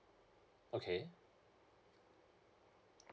okay